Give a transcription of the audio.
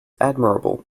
admirable